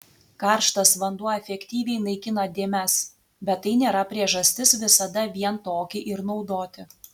karštas vanduo efektyviai naikina dėmes bet tai nėra priežastis visada vien tokį ir naudoti